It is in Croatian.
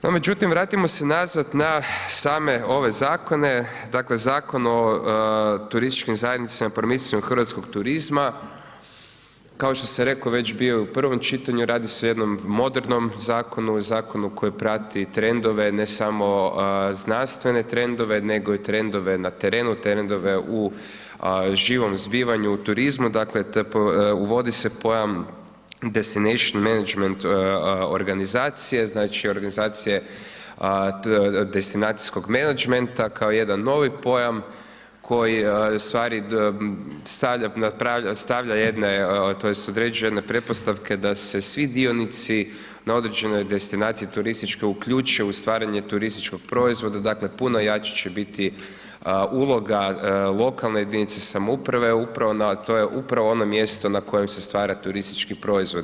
No međutim, vratimo se nazad na same ove zakone, dakle Zakon o turističkim zajednicama i promicanju hrvatskog turizma, kao što sam rekao već bio u prvom čitanju, radi se o jednom modernom zakonu, zakonu koji prati trendove, ne samo znanstvene trendove nego i trendove na terenu, trendove u živom zbivanju u turizmu, dakle uvodi se pojam destination management organizacije, znači organizacije destinacijskog menadžmenta kao jedan novi pojam koji ustvari stavlja jedne, tj. određuje jedne pretpostavke da se svi dionici na određenoj destinaciji turističkoj uključe u stvaranje turističkog proizvoda, dakle puno jače će biti uloga lokalne jedinice samouprave, to je upravo ono mjesto na kojem se stvara turistički proizvod.